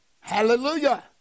Hallelujah